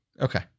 Okay